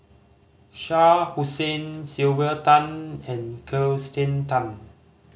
Shah Hussain Sylvia Tan and Kirsten Tan